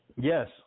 Yes